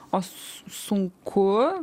o sunku